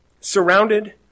Surrounded